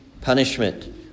punishment